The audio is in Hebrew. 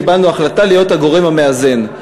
קיבלנו החלטה להיות הגורם המאזן,